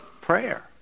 Prayer